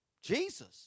Jesus